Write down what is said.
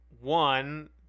one